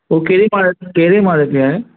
उहा कहिड़े माले कहिड़े माले ते आहे